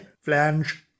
Flange